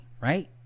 right